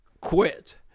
quit